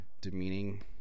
demeaning